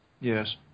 Yes